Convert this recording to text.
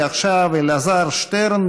ועכשיו אלעזר שטרן,